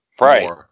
Right